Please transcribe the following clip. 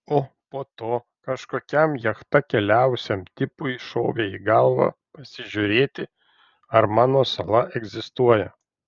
o po to kažkokiam jachta keliavusiam tipui šovė į galvą pasižiūrėti ar mano sala egzistuoja